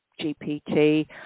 GPT